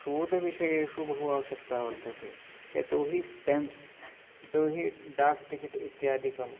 शोधविषयेषु बहु आवश्यकता वर्तते यतोहि स्टेम्प्स् यतोहि डाक् टिकेट् इत्यादिकम्